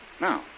Now